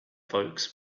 folks